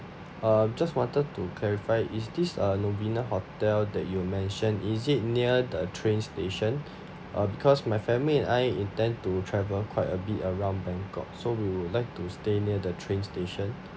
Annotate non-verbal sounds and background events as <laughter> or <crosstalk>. uh just wanted to clarify is this uh novena hotel that you mention is it near the train station <breath> uh because my family and I intend to travel quite a bit around bangkok so we would like to stay near the train station